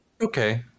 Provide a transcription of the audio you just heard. Okay